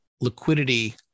liquidity